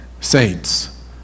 saints